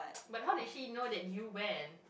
but how did she know that you went